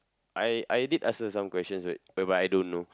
I I did ask her some questions where whereby I don't know